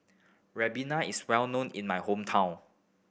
Ribena is well known in my hometown